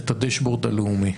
את הדשבורד הלאומי.